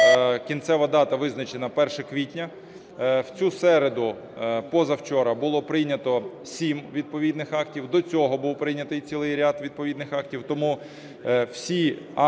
кінцева дати визначена 1 квітня. В цю середу, позавчора, було прийнято 7 відповідних актів, до цього був прийнятий цілий ряд відповідних актів,